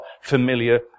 familiar